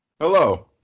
hello